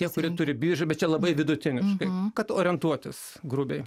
tie kurie turi biržą bet čia labai vidutiniškai kad orientuotis grubiai